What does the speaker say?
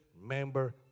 member